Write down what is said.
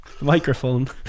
Microphone